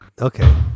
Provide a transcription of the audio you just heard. okay